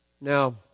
Now